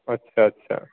ਅੱਛਾ ਅੱਛਾ